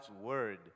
word